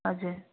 हजुर